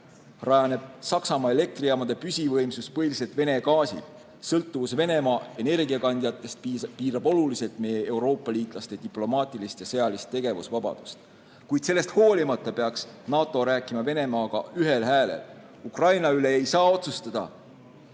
rajaneb Saksamaa elektrijaamade püsivõimsus põhiliselt Vene gaasil. Sõltuvus Venemaa energiakandjatest piirab oluliselt meie Euroopa liitlaste diplomaatilist ja sõjalist tegevusvabadust, kuid sellest hoolimata peaks NATO rääkima Venemaaga ühel häälel. Ukraina üle ei saa otsustada